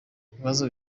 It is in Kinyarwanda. ibibazo